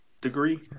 degree